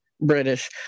british